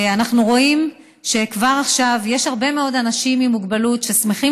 אנחנו רואים שכבר עכשיו יש הרבה מאוד אנשים עם מוגבלות ששמחים